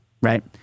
Right